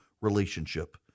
relationship